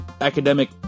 academic